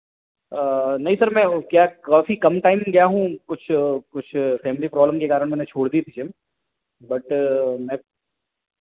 आ नहीं सर मैं वह क्या काफ़ी कम टाइम गया हूँ कुछ कुछ फैमिली प्रॉब्लम के कारण मैंने छोड़ दी थी जिम बट मैं